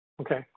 Okay